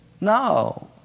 No